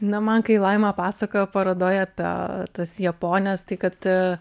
na man kai laima pasakojo parodoj apie tas japones tai kad